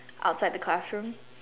outside the classroom